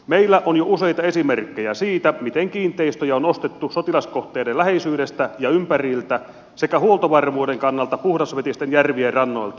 meillä on jo useita esimerkkejä siitä miten kiinteistöjä on ostettu sotilaskohteiden läheisyydestä ja ympäriltä sekä huoltovarmuuden kannalta puhdasvetisten järvien rannoilta